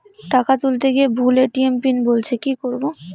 টাকা তুলতে গিয়ে ভুল এ.টি.এম পিন বলছে কি করবো?